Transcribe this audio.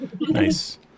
Nice